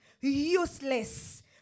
useless